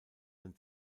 sein